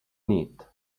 nit